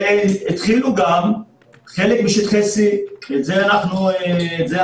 התחילו גם בחלק משטחי C, ואת זה ראינו.